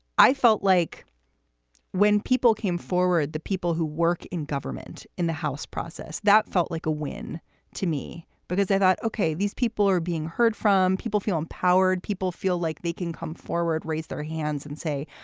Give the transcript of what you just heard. i felt like when people came forward, the people who work in government in the house process, that felt like a win to me because they thought, ok, these people are being heard from people feel empowered. people feel like they can come forward, raise their hands and say,